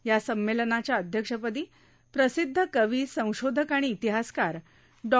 या संमेलनाच्या अध्यक्षपदी प्रसिद्ध कवी संशोधक आणि इतिहासकार डॉ